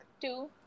two